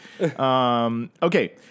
Okay